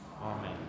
Amen